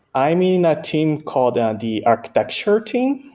i'm in a team called um the architecture team.